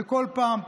וכל פעם,